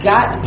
Got